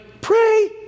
pray